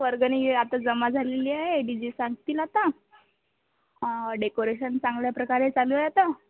वर्गणी आताच जमा झालेली आहे डी जे सांगतील आता डेकोरेशन चांगल्या प्रकारे चालू आहे आता